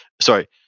sorry